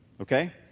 Okay